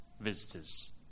visitors